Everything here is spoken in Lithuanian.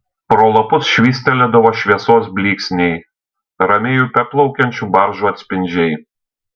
pro lapus švystelėdavo šviesos blyksniai ramiai upe plaukiančių baržų atspindžiai